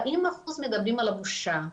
40% מדברים על הבושה.